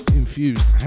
infused